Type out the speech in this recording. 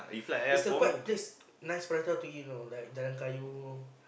there's a quite place nice prata to eat you know like Jalan-Kayu